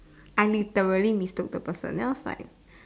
I literally mistook the person then I was like